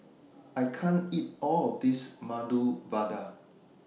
I can't eat All of This Medu Vada